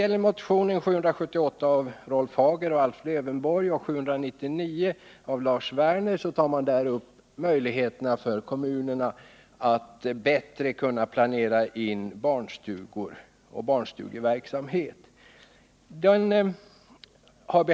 I motionerna 778 av Rolf Hagel och Alf Lövenborg och 799 av Lars Werner tar man upp möjligheterna för kommunerna att bättre planera in barnstugor och barnstugeverksamhet.